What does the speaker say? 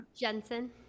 Jensen